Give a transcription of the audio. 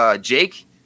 Jake